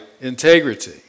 integrity